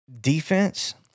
defense